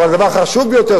אבל הדבר החשוב ביותר,